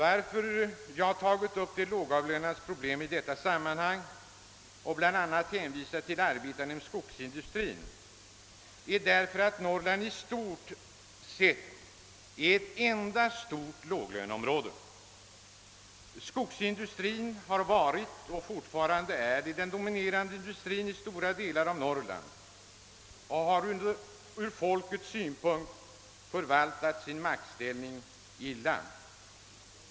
Att jag tagit upp de lågavlönades probelm i detta sammanhang och bl a. hänvisat till arbetarna inom skogsindustrin beror på att Norrland i själva verket är ett enda stort låglöneområde. Skogsindustrin, som varit och fortfarande är den dominerande industrin i stora delar av Norrland, har ur folkets synpunkt förvaltat sin maktställning illa.